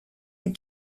had